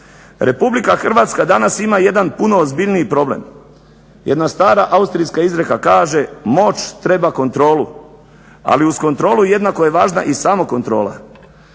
fotelje. RH danas ima jedan puno ozbiljniji problem. Jedna stara Austrijska izreka kaže: "Moć treba kontrolu.", ali uz kontrolu jednako je važna i samokontrola.